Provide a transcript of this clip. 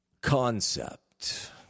concept